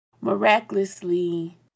miraculously